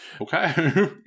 Okay